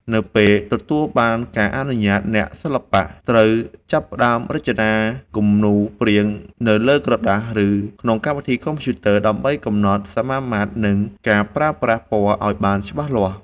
នៅពេលទទួលបានការអនុញ្ញាត អ្នកសិល្បៈត្រូវចាប់ផ្ដើមរចនាគំនូរព្រាងនៅលើក្រដាស ឬក្នុងកម្មវិធីកុំព្យូទ័រ ដើម្បីកំណត់សមាមាត្រ និងការប្រើប្រាស់ពណ៌ឱ្យបានច្បាស់លាស់។